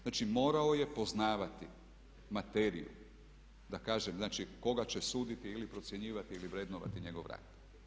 Znači morao je poznavati materiju, da kažem koga će suditi ili procjenjivati ili vrednovati njegov rad.